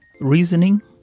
reasoning